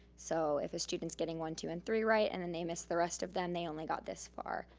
so if a student's getting one, two and three right, and then they miss the rest of them, they only got this far.